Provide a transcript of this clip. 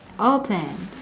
open